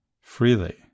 freely